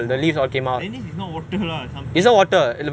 orh that means is not water lah something